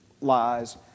lies